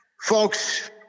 Folks